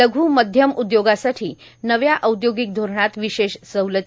लघ् मध्यम उदयोगासाठी नव्या औदयोगिक धोरणात र्विशेष सवलती